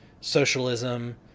socialism